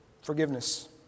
forgiveness